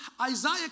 Isaiah